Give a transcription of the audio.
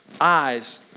eyes